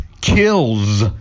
kills